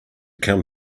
come